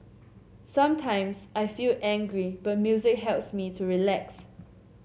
sometimes I feel angry but music helps me to relax